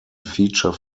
feature